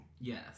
Yes